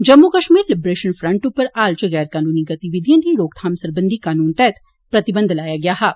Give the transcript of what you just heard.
Jammu Kashmir liberation front उप्पर हाल इच गैर कनूनी गतविधिएं दी रोकथाम सरबंधी कूनन तैहत प्रतिवंध लाया गेआ हा